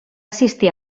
assistir